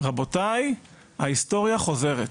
רבותיי ההיסטוריה חוזרת,